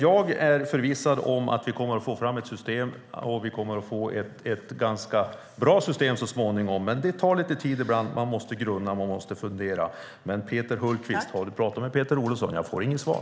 Jag är förvissad om att vi kommer att få fram ett system och att vi så småningom kommer att få ett ganska bra system. Det tar lite tid. Man måste grunna och fundera. Har du pratat med Peter Olofsson, Peter Hultqvist? Jag får inget svar.